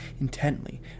intently